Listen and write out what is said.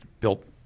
built